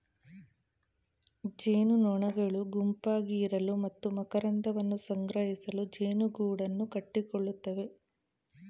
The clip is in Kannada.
ಜೇನುನೊಣಗಳು ಗುಂಪಾಗಿ ಇರಲು ಮತ್ತು ಮಕರಂದವನ್ನು ಸಂಗ್ರಹಿಸಲು ಜೇನುಗೂಡನ್ನು ಕಟ್ಟಿಕೊಳ್ಳುತ್ತವೆ